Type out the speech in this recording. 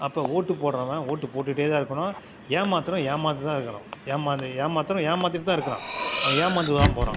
அப்போ ஓட்டு போடுறவன் ஓட்டு போட்டுகிட்டே தான் இருக்கணும் ஏமாற்றுறவன் ஏமாந்துதான் இருக்கணும் ஏமாந்து ஏமாற்றுறவன் ஏமாற்றிட்டுதான் இருக்கிறான் அவன் ஏமாந்துதான் போகிறான்